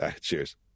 Cheers